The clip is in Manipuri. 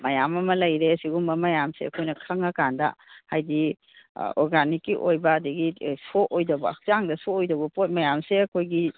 ꯃꯌꯥꯝ ꯑꯃ ꯂꯩꯔꯦ ꯁꯤꯒꯨꯝꯕ ꯃꯌꯥꯝꯁꯦ ꯑꯩꯈꯣꯏꯅ ꯈꯪꯉꯀꯥꯟꯗ ꯍꯥꯏꯗꯤ ꯑꯣꯔꯒꯥꯟꯅꯤꯛꯀꯤ ꯑꯣꯏꯕ ꯑꯗꯒꯤ ꯁꯣꯛꯑꯣꯏꯗꯕ ꯍꯛꯆꯥꯡꯗ ꯁꯣꯛꯑꯣꯏꯗꯧꯕ ꯄꯣꯠ ꯃꯌꯥꯝꯁꯦ ꯑꯩꯈꯣꯏꯒꯤ